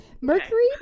mercury